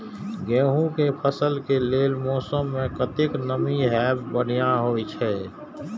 गेंहू के फसल के लेल मौसम में कतेक नमी हैब बढ़िया होए छै?